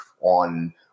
on